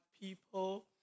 people